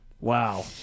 Wow